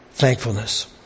thankfulness